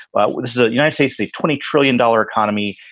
well, is the united states a twenty trillion dollar economy?